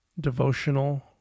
devotional